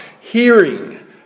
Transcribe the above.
hearing